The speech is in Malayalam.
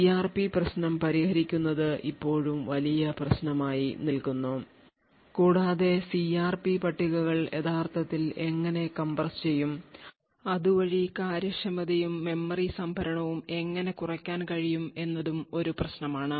സിആർപി പ്രശ്നം പരിഹരിക്കുന്നത് ഇപ്പോഴും വലിയ പ്രശ്നമായി നിൽക്കുന്നു കൂടാതെ സിആർപി പട്ടികകൾ യഥാർത്ഥത്തിൽ എങ്ങനെ കംപ്രസ്സുചെയ്യും അതുവഴി കാര്യക്ഷമതയും മെമ്മറി സംഭരണവും എങ്ങനെ കുറയ്ക്കാൻ കഴിയും എന്നതും ഒരു പ്രശ്നമാണ്